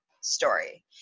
story